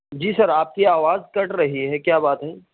جی sir آپ کی آواز کٹ رہی ہے کیا بات ہے